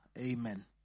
Amen